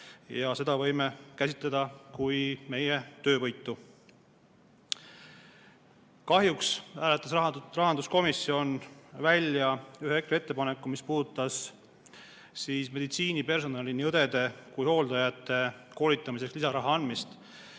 Ja seda võime käsitleda kui meie töövõitu. Kahjuks hääletas rahanduskomisjon välja ühe EKRE ettepaneku, mis puudutas meditsiinipersonali, nii õdede kui hooldajate koolitamiseks lisaraha andmist.